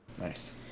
Nice